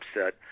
upset